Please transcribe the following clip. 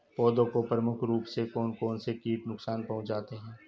पौधों को प्रमुख रूप से कौन कौन से कीट नुकसान पहुंचाते हैं?